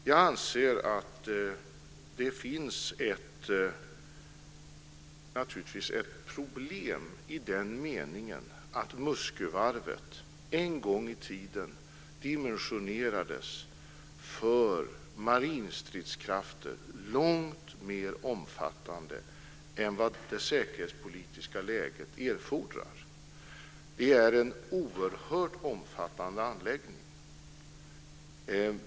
Jag anser att det naturligtvis finns ett problem i den meningen att Muskövarvet en gång i tiden dimensionerades för marinstridskrafter långt mer omfattande än det säkerhetspolitiska läget erfordrar. Det är en oerhört omfattande anläggning.